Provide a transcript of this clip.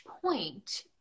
point